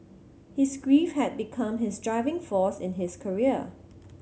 his grief had become his driving force in his career